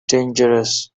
dangerous